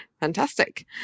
Fantastic